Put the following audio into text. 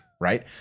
right